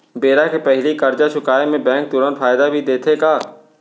बेरा के पहिली करजा चुकोय म बैंक तुरंत फायदा भी देथे का?